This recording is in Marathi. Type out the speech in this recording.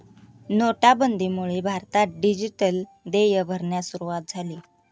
नोटाबंदीमुळे भारतात डिजिटल देय भरण्यास सुरूवात झाली